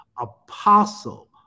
Apostle